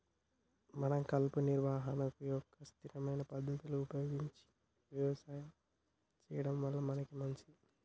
మనం కలుపు నిర్వహణ యొక్క స్థిరమైన పద్ధతులు ఉపయోగించి యవసాయం సెయ్యడం వల్ల మనకే మంచింది